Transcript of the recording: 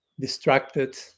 distracted